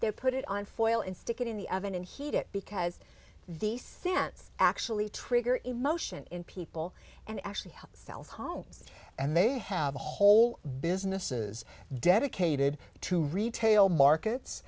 they put it on for oil and stick it in the oven and heat it because the sense actually trigger emotion in people and actually self hong's and they have a whole businesses dedicated to retail markets